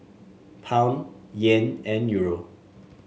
Pound Yen and Euro